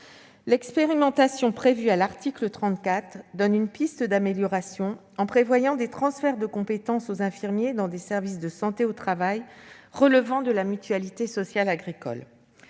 L'expérimentation prévue à l'article 34 ouvre une piste d'amélioration, car elle met en place des transferts de compétences aux infirmiers, dans des services de santé au travail relevant de la mutualité sociale agricole.